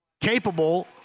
capable